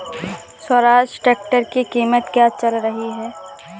Swaraj tractor की कीमत क्या चल रही है?